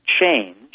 change